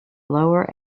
lower